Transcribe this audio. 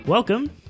Welcome